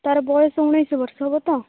ତା'ର ବୟସ ଉଣେଇଶ ବର୍ଷ ହେବ ତ